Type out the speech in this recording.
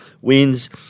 wins